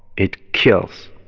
it kills